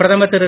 பிரதமர் திரு